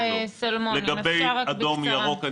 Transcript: לגבי אדום ירוק,